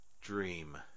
dream